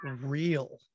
real